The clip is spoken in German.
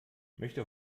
möchte